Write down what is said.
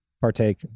partake